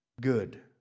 good